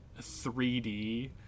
3D